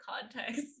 context